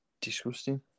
disgusting